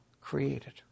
created